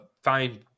Find